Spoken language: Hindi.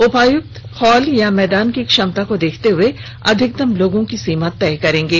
उपायुक्त हॉल या मैदान की क्षमता को देखते हुए अधिकतम लोगों की सीमा तय करेंगे